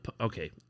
Okay